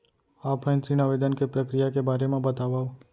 Offline ऋण आवेदन के प्रक्रिया के बारे म बतावव?